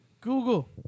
Google